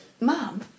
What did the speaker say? Mom